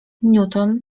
newton